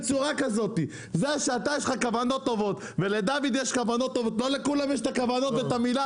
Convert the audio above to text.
כי זהו חוק ההסדרים וכי הכל צריך להיות